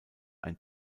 ein